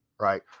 Right